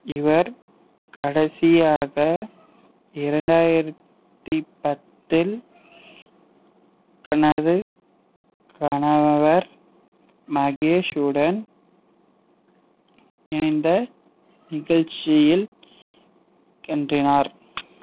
இவர் கடைசியாக இரண்டாயிரத்தி பத்தில் தனது கணவர் மகேஷூடன் இணைந்த நிகழ்ச்சியில் கன்றினார்